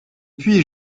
puis